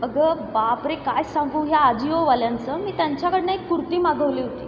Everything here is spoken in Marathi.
अग बापरे काय सांगू ह्या अजिओवाल्यांचं मी त्याकडनं एक कुर्ती मागवली होती